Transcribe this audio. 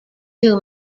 two